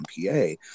MPA